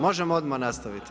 Možemo odmah nastaviti.